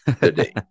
today